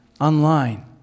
online